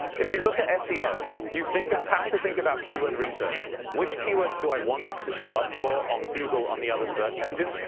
if ou look at seo, you think, i have to think about keyword research. which keywords do i want to show up for on google on the other search engines?